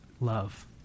love